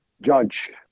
judge